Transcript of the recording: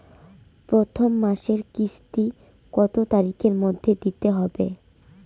প্রথম মাসের কিস্তি কত তারিখের মধ্যেই দিতে হবে?